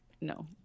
no